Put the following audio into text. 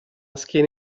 schiena